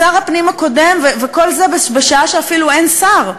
אז שר הפנים הקודם וכל זה בשעה שאפילו אין שר,